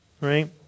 right